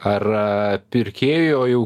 ar pirkėjui o jau